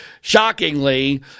shockingly